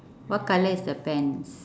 what colour is the pants